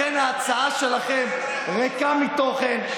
לכן ההצעה שלכם ריקה מתוכן.